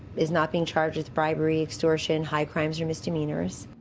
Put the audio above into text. is not being charged with bribery, extortion, high crimes or misdemeanors.